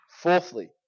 Fourthly